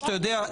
אתה יודע,